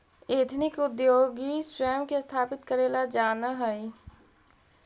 ethnic उद्योगी स्वयं के स्थापित करेला जानऽ हई